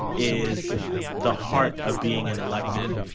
is the heart of being an elected.